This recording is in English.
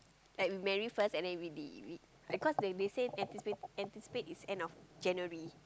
like we marry first and then we the we because they they say anticipate anticipate is end of January